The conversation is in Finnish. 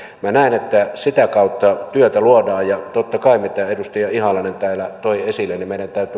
minä näen että sitä kautta työtä luodaan totta kai mitä edustaja ihalainen täällä toi esille meidän täytyy